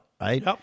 right